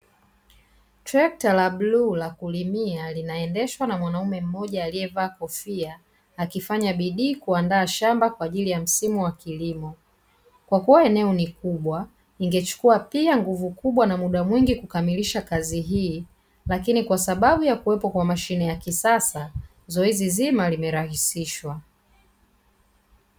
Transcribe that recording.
Trekta la bluu la kulimia linaendeshwa na mwanaume mmoja aliyevaa kofia, akifanya bidii kuandaa shamba kwa ajili ya msimu wa kilimo. Kwa kuwa eneo ni kubwa ingechukua pia nguvu kubwa na muda mwingi kukamilisha kazi hii. Lakini kwa sababu ya kuwepo kwa mashine ya kisasa zoezi zima limerahisishwa.